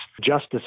Justice